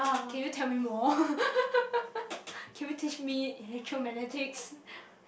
can you tell me more can you teach me electromagnetics